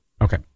Okay